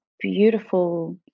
beautiful